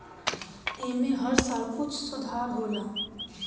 ऐमे हर साल कुछ सुधार होला